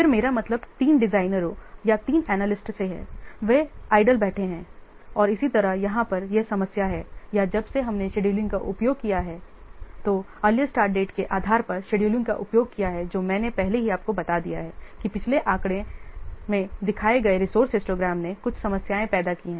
फिर मेरा मतलब 3 डिजाइनरों या 3 एनालिस्ट से है वे बेकार बैठे हैं और इसी तरह यहां पर यह समस्या है या जब से हमने शेड्यूलिंग का उपयोग किया है तो अर्लीस्ट स्टार्ट डेट के आधार पर शेड्यूलिंग का उपयोग किया है जो मैंने पहले ही आपको बता दिया है कि पिछले आंकड़े में दिखाए गए रिसोर्स हिस्टोग्राम ने कुछ समस्याएं पैदा की हैं